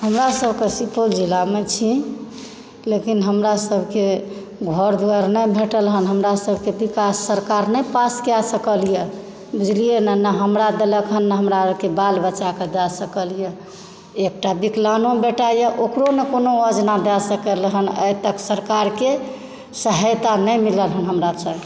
हमरा सभकऽ सुपौल जिलामे छी लेकिन हमरा सभकेँ घर द्वार नहि भेटल हन हमरा सभके विकास सरकार नहि पास कए सकलए बुझलियै नहि नहि हमरा देलक हँ नहि हमरा अरके बाल बच्चाकेँ दए सकल यऽ एकटा विक्लान्गो बेटा यऽ ओकरो नहि कोनो योजना दए सकल हन आइ तक सरकारके सहायता नहि मिलल हन हमरा सभकऽ